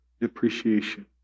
depreciation